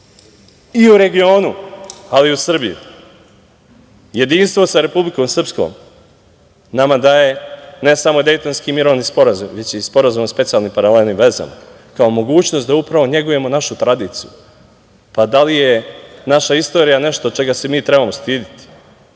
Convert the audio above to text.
i u regionu, ali i u Srbiji. Jedinstvo sa Republikom Srpskom nama daje ne samo Dejtonski mirovni sporazum, već Sporazum o specijalnim i paralelnim vezama kao mogućnost da upravo negujemo našu tradiciju. Da li je naša istorija nešto čega se mi trebamo stideti?